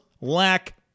lack